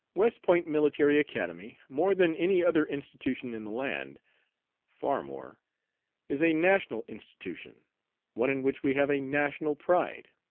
west point military academy, more than any other institution in the land far more is a national institution one in which we have a national pride.